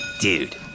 Dude